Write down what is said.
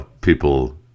people